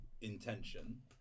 intention